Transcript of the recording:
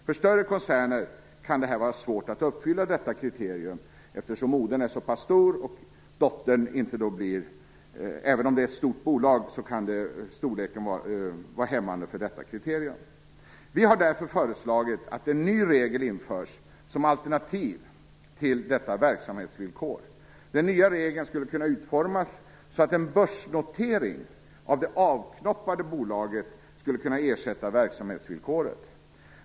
För större koncerner kan det vara svårt att uppfylla detta kriterium, eftersom moderbolagets storlek kan vara hämmande för detta kriterium. Vi har därför föreslagit att en ny regel skall införas som alternativ till verksamhetsvillkoret. Den nya regeln skulle kunna utformas så att en börsnotering av det avknoppade bolaget skulle kunna ersätta verksamhetsvillkoret.